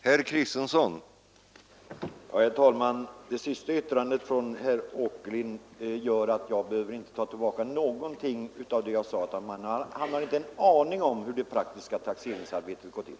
Herr talman! Det senaste yttrandet av herr Åkerlind leder inte till att jag behöver ta tillbaka någonting av det jag sade. Han har inte en aning om hur det praktiska taxeringsarbetet går till.